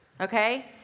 okay